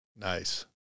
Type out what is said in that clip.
nice